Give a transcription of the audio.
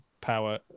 power